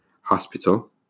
hospital